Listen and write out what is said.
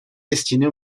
destinée